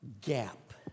gap